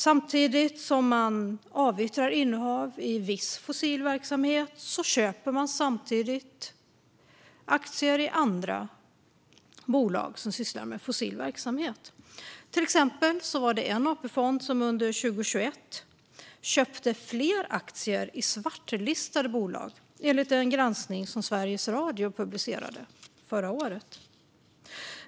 Samtidigt som man avyttrar innehav i viss fossil verksamhet köper man aktier i andra bolag som sysslar med fossil verksamhet. Till exempel var det en AP-fond som under 2021 köpte fler aktier i svartlistade bolag, enligt en granskning som Sveriges Radio publicerade förra året.